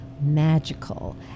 magical